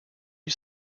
you